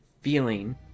feeling